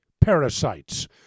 parasites